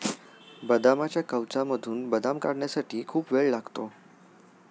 बदामाच्या कवचामधून बदाम काढण्यासाठी खूप वेळ लागतो